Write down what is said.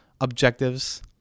objectives